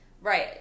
right